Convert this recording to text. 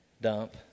dump